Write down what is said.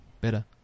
better